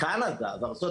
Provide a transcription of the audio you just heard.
טוב, אז צריך